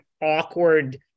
awkward